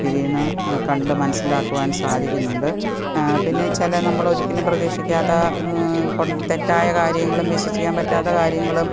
നമുക്കിതിൽനിന്ന് കണ്ടു മനസ്സിലാക്കുവാൻ സാധിക്കുന്നുണ്ട് പിന്നെ ചില നമ്മളൊരിക്കലും പ്രതീക്ഷിക്കാത്ത തെറ്റായ കാര്യങ്ങളും വിശ്വസിക്കാൻ പറ്റാത്ത കാര്യങ്ങളും